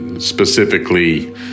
specifically